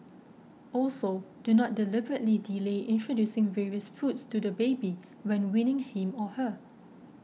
also do not deliberately delay introducing various foods to the baby when weaning him or her